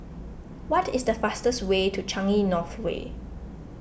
what is the fastest way to Changi North Way